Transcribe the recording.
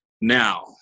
Now